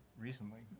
recently